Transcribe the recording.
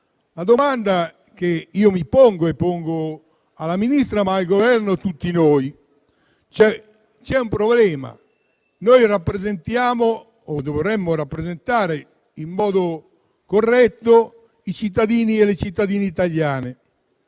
La domanda che mi pongo la rivolgo anche alla Ministra, al Governo e a tutti noi. C'è un problema: noi rappresentiamo o dovremmo rappresentare in modo corretto i cittadini e le cittadine italiani,